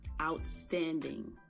outstanding